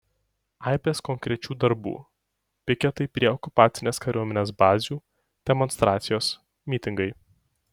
aibės konkrečių darbų piketai prie okupacinės kariuomenės bazių demonstracijos mitingai